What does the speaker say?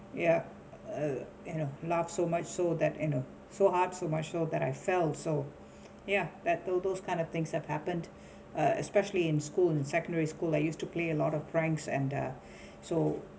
yeah uh you know laugh so much so that you know so hard too much so that I fell so ya that those those kind of things have happened uh especially in school in secondary school I used to play a lot of pranks and the so